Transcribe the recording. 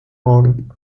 morgen